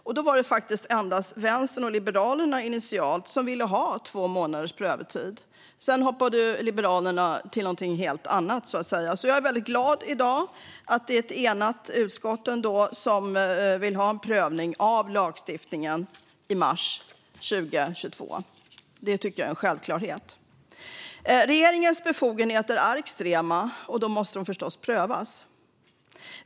Initialt var det faktiskt bara Vänstern och Liberalerna som ville ha två månaders prövotid. Sedan hoppade Liberalerna till något helt annat. Jag är glad att det i dag är ett enigt utskott som vill ha en prövning av lagstiftningen i mars 2022. Jag tycker att det är en självklarhet. Regeringens befogenheter är extrema, och då måste de förstås prövas.